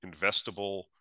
investable